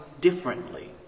differently